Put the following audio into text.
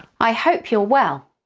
i hope you're well.